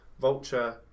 Vulture